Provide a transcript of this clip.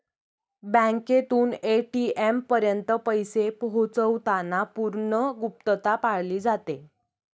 बँकेतून ए.टी.एम पर्यंत पैसे पोहोचवताना पूर्ण गुप्तता पाळली जाते